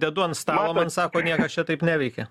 dedu ant stalo man sako niekas čia taip neveikia